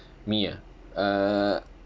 me ah uh